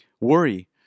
Worry